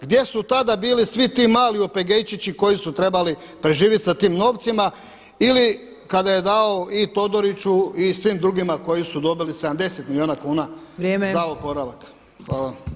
Gdje su tada bili svi ti mali OPG-ejčići koji su trebali preživjeti sa tim novcima ili kada je dao i Todoriću i svim drugima koji su dobili 70 milijuna kuna za oporavak [[Upadica Opačić: Vrijeme.]] Hvala vam.